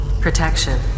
Protection